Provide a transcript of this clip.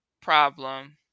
problem